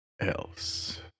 else